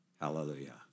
Hallelujah